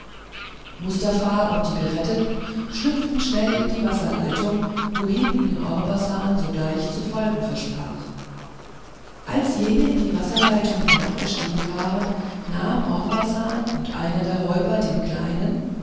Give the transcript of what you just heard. mustafa und die geretteten schlüpften schnell in die wasserleitung wohin ihnen orbasan sogleich zu folgen versprach als jene in die wasserleitung hinabgestiegen waren nahm orbasan und einer der räuber den kleinen